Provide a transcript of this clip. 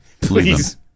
Please